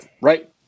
right